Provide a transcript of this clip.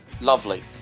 lovely